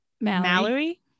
Mallory